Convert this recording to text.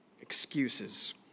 Excuses